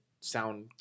sound